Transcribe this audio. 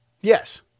yes